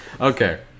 Okay